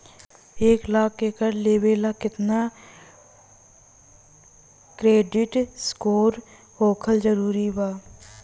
एक लाख के कर्जा लेवेला केतना क्रेडिट स्कोर होखल् जरूरी बा?